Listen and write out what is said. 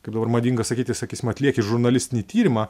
kaip dabar madinga sakyti sakysim atlieki žurnalistinį tyrimą